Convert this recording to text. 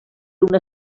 una